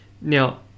Now